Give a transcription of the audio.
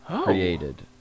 created